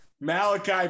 Malachi